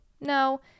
no